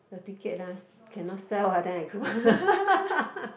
your ticket lah cannot sell ah then I go